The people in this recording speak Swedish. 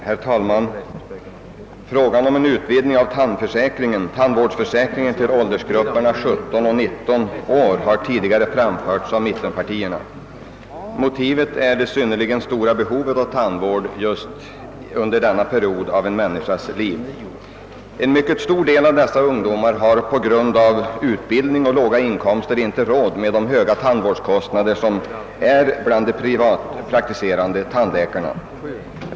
Herr talman! Frågan om en utvidgning av tandvårdsförsäkringen till åldersgrupperna 17-—19 år har tidigare framförts av mittenpartierna. Motivet är det synnerligen stora behovet av tandvård just under denna period av en människas liv. En mycket stor del av dessa ungdomar har på grund av utbildning och låga inkomster inte råd med de höga tandvårdskostnaderna hos de privatpraktiserande tandläkarna.